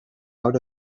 out